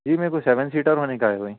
جی میرے کو seven seater ہونے کا ہے بھائی